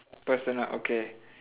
personal okay